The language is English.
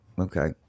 Okay